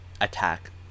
attack